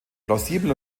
plausibel